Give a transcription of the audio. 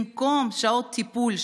במקום שעות טיפול,